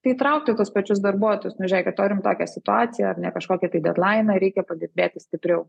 tai įtraukti tuos pačius darbuotojus nu žėkit turim tokią situaciją ar ne kažkokį tai dedlainą reikia padirbėti stipriau